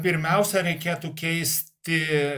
pirmiausia reikėtų keisti